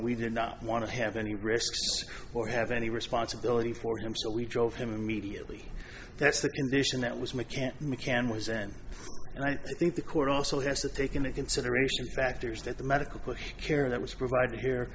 we did not want to have any risk or have any responsibility for him so we drove him immediately that's the condition that was mccann mccann was an and i think the court also has to take into consideration the factors that the medical care that was provided here